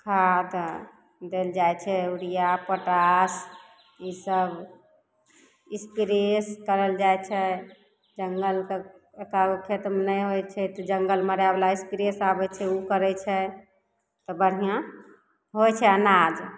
खाद देल जाइ छै यूरिया पोटाश इसभ स्प्रे कयल जाइ छै जङ्गलके खेतमे नहि होइ छै तऽ जङ्गल मारैबला स्प्रे आबै छै ओ करै छै तऽ बढ़िऑं होइ छै अनाज